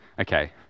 Okay